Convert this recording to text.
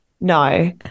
no